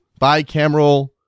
bicameral